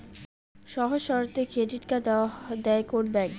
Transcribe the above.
সহজ শর্তে credit card দেয় কোন ব্যাংক?